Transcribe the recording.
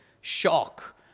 shock